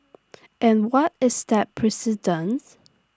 and what is that precedence